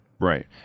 Right